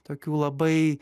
tokių labai